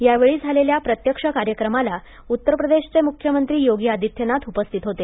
या वेळी झालेल्या प्रत्यक्ष कार्यक्रमाला उत्तर प्रदेशाचे मुख्यमंत्री योगी आदित्यनाथ उपस्थित होते